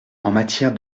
matière